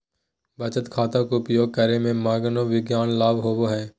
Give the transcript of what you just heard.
बचत खाता के उपयोग करे से मनोवैज्ञानिक लाभ होबो हइ